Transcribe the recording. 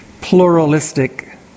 pluralistic